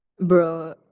bro